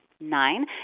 nine